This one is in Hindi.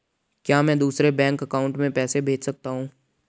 क्या मैं दूसरे बैंक अकाउंट में पैसे भेज सकता हूँ?